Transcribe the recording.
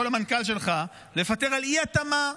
יכול המנכ"ל שלך לפטר על אי-התאמה.